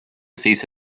cease